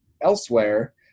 elsewhere